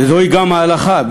וזוהי גם ההלכה.